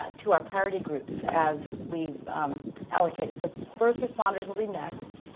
to our priority groups as we've allocated. so first responders will be next,